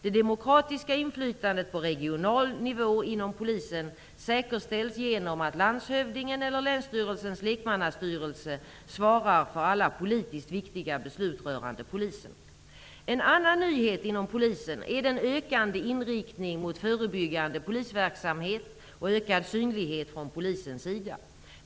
Det demokratiska inflytandet på regional nivå inom polisen säkerställs genom att landshövdingen eller länsstyrelsens lekmannastyrelse svarar för alla politiskt viktiga beslut rörande polisen. En annan nyhet inom polisen är den ökande inriktningen mot förebyggande polisverksamhet och ökad synlighet från polisens sida.